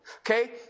Okay